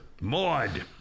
Maud